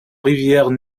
rivière